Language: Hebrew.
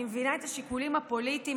אני מבינה את השיקולים הפוליטיים,